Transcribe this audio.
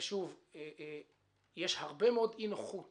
יש הרבה מאוד אי-נוחות